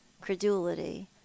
credulity